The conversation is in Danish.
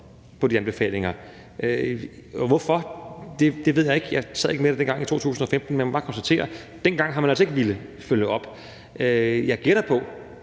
på de anbefalinger. Hvorfor ved jeg ikke. Jeg sad ikke med det dengang i 2015. Men jeg må bare konstatere, at dengang har man altså ikke villet følge op. Jeg gætter på,